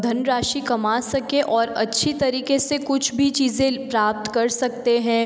धन राशि कमा सकें और अच्छी तरीकक़े से कुछ भी चीज़ें प्राप्त कर सकते हैं